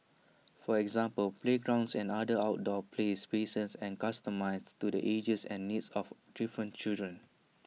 for example playgrounds and other outdoor play spaces and customised to the ages and needs of different children